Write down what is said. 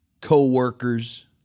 coworkers